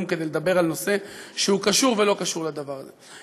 כדי לדבר על נושא שהוא קשור ולא קשור לדבר הזה.